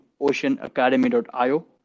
oceanacademy.io